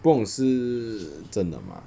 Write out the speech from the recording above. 不懂是真的吗